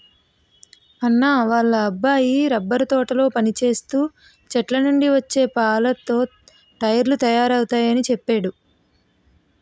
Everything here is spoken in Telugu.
అన్నా వాళ్ళ అబ్బాయి రబ్బరు తోటలో పనిచేస్తూ చెట్లనుండి వచ్చే పాలతో టైర్లు తయారవుతయాని చెప్పేడు